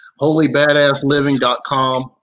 holybadassliving.com